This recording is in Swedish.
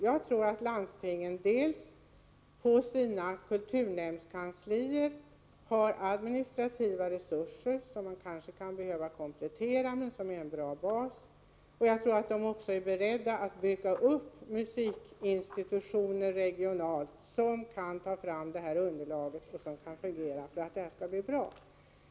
Jag tror att landstingen inom sina kulturnämndskanslier har de nödvändiga administrativa resurserna — de behöver kanske i vissa fall kompletteras, men de utgör en bra bas — och jag tror också att de är beredda att bygga upp regionala musikinstitutioner som kan ta fram det underlag som behövs för att verksamheten skall fungera bra.